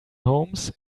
homes